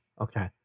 Okay